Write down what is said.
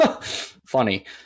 Funny